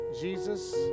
Jesus